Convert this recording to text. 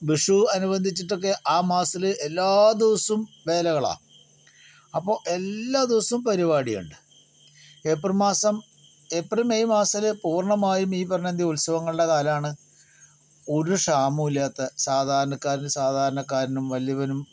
വിഷു അനുബന്ധിച്ചിട്ടൊക്കെ ആ മാസങ്ങത്തില് എല്ലാ ദിവസവും വേലകളാണ് അപ്പൊൾ എല്ലാ ദിവസവും പരിപാടിയുണ്ട് ഏപ്രിൽ മാസം ഏപ്രിൽ മെയ് മാസങ്ങളിൽ പൂർണ്ണമായും ഈ പറഞ്ഞ ഉത്സവങ്ങളുടെ കാലാണ് ഒരു ക്ഷാമുല്ലാത്ത സാധാരണക്കാരനിൽ സാധാരണക്കാരനും വലിയവനും